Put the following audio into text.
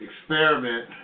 experiment